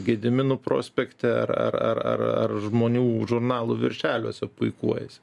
gedimino prospekte ar ar ar ar ar žmonių žurnalų viršeliuose puikuojasi